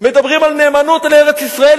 מדברים על נאמנות לארץ-ישראל,